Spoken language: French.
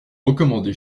recommandez